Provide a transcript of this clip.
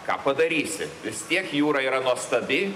ką padarysi vis tiek jūra yra nuostabi